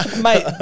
mate